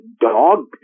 dog